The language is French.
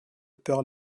pearl